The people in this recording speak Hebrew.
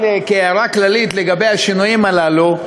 אבל כהערה כללית לגבי השינויים הללו,